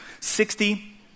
sixty